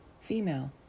female